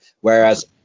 whereas